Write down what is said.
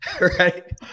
right